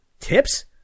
Tips